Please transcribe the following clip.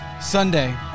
Sunday